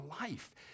life